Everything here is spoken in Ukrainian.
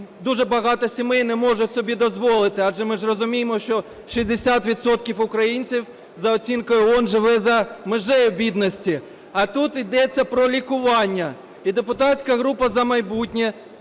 дуже багато сімей не можуть собі дозволити, адже ж ми розуміємо, що 60 відсотків українців, за оцінкою ООН, живе за межею бідності, а тут йдеться про лікування. І депутатська група "За майбутнє"